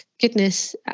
goodness